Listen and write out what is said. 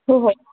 हो हो